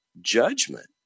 judgment